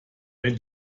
wenn